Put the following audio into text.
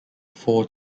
four